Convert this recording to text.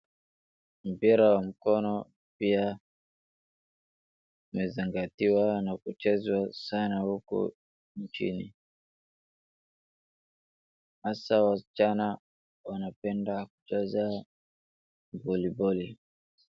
Mpira wa mkono pia umezingatiwa na kuchezwa sana uku nchini, hasa wasichana wanapenda kucheza voliboli.